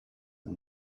and